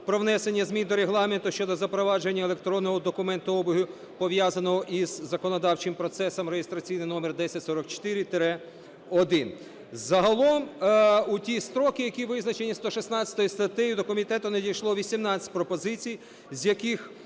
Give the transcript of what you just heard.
про внесення змін до Регламенту щодо запровадження електронного документообігу, пов'язаного із законодавчим процесом (реєстраційний номер 1044-1). Загалом у ті строки, які визначені 116 статтею, до комітету надійшло 18 пропозицій, з яких